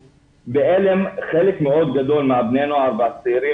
בעלם חלק מאוד גדול מבני הנוער והצעירים